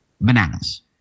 Bananas